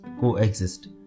coexist